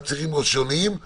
אני לא רואה שמישהו יגיד